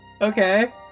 Okay